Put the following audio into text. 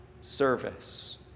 service